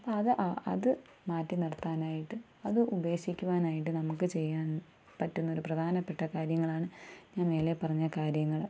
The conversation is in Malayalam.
അപ്പോൾ അത് അത് മാറ്റിനിർത്താനായിട്ട് അത് ഉപേക്ഷിക്കുവാനായിട്ട് നമുക്ക് ചെയ്യാൻ പറ്റുന്ന ഒരു പ്രധാനപ്പെട്ട കാര്യങ്ങളാണ് ഞാൻ മേലെ പറഞ്ഞ കാര്യങ്ങള്